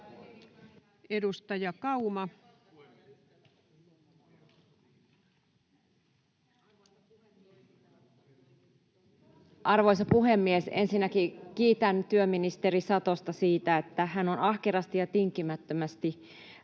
Content: Arvoisa puhemies! Ensinnäkin kiitän työministeri Satosta, että hän on ahkerasti ja tinkimättömästi